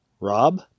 Rob